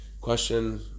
Question